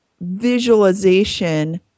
visualization